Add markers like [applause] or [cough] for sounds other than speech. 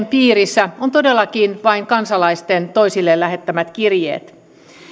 [unintelligible] piirissä ovat todellakin vain kansalaisten toisilleen lähettämät kirjeet